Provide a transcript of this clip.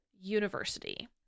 University